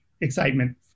excitement